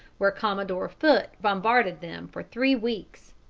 where commodore foote bombarded them for three weeks,